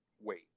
wait